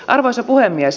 arvoisa puhemies